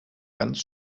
ganz